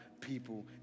people